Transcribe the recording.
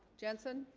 jensen